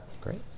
Great